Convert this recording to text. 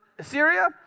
Syria